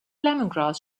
lemongrass